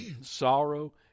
sorrow